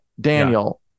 Daniel